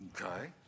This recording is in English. Okay